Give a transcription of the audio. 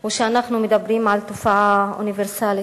הוא שאנחנו מדברים על תופעה אוניברסלית.